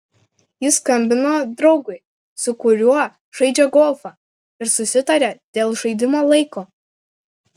jis skambino draugui su kuriuo žaidžia golfą ir susitarė dėl žaidimo laiko